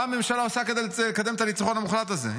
מה הממשלה עושה כדי לקדם את הניצחון המוחלט הזה?